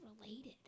related